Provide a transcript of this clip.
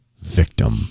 Victim